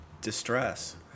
distress